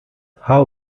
how